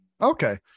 okay